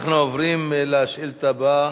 אנחנו עוברים לשאילתא הבאה,